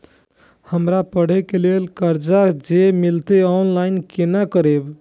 हमरा पढ़े के लेल कर्जा जे मिलते ऑनलाइन केना करबे?